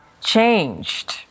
changed